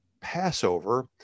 Passover